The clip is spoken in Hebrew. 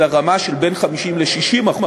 אלא רמה של בין 50% ל-60%,